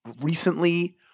Recently